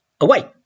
away